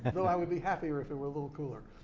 and though i would be happier if it were a little cooler.